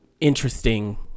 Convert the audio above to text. interesting